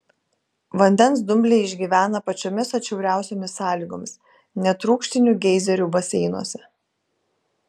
vandens dumbliai išgyvena pačiomis atšiauriausiomis sąlygomis net rūgštinių geizerių baseinuose